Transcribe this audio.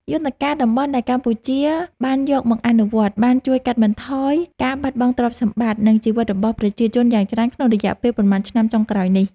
យន្តការតំបន់ដែលកម្ពុជាបានយកមកអនុវត្ត បានជួយកាត់បន្ថយការបាត់បង់ទ្រព្យសម្បត្តិ និងជីវិតរបស់ប្រជាជនយ៉ាងច្រើនក្នុងរយៈពេលប៉ុន្មានឆ្នាំចុងក្រោយនេះ។